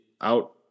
out